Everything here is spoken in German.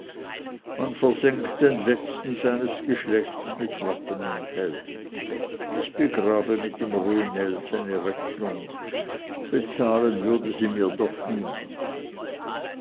man versenkt den letzten seines geschlechts mit wappen und helm ich begrabe mit dem ruinell seine rechnung bezahlen würde sie mir doch niemand